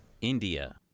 India